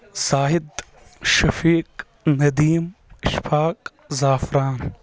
زاہِد شفیٖق ندیٖم اِشفاق زعفران